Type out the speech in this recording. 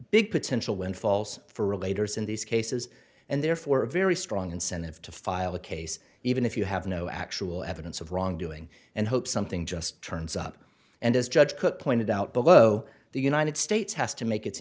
big potential windfalls for a later as in these cases and therefore a very strong incentive to file a case even if you have no actual evidence of wrongdoing and hope something just turns up and as judge cooke pointed out below the united states has to make it